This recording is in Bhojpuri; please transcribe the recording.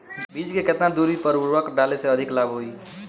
बीज के केतना दूरी पर उर्वरक डाले से अधिक लाभ होई?